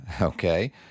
Okay